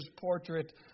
portrait